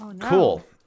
Cool